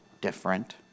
different